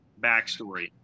backstory